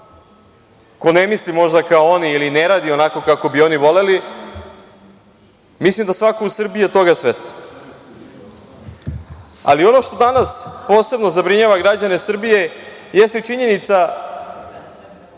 ko ne misli možda kao oni ili ne radi onako kako bi oni voleli, mislim da je svako u Srbiji toga svestan. Ono što danas posebno zabrinjava građane Srbije jeste činjenica